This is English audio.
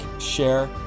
share